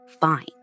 fine